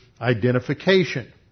identification